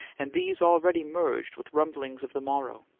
and these already merged with rumblings of the morrow.